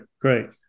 great